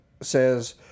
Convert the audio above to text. says